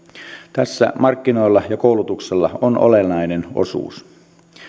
tässä markkinoilla ja koulutuksella on olennainen osuus